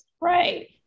right